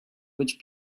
which